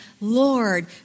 Lord